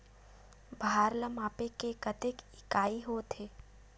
भार ला मापे के कतेक इकाई होथे?